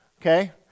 Okay